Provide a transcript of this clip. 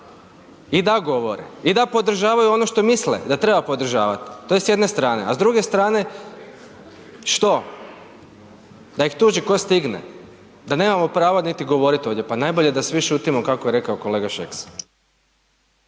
i da govore i da podržavaju ono što misle i da treba podržavati, to je s jedne strane. A s druge strane, što da ih tuži tko stigne, da nemamo pravo niti govoriti ovdje? Pa najbolje da svi šutimo kako je rekao kolega Šeks.